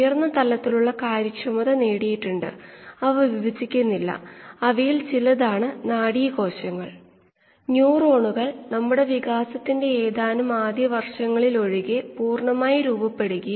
സാധാരണയായി കീമോസ്റ്റാറ്റിന്റെ ഇൻലേറ്റിൽ കോശങ്ങളൊന്നും ഇല്ല ഈ അവസ്ഥയെ യഥാർത്ഥത്തിൽ അണുവിമുക്തമായ ഫീഡ് അവസ്ഥ എന്ന് വിളിക്കുന്നു